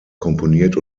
komponiert